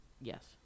Yes